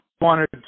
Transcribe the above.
wanted